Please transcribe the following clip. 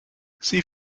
sie